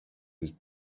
was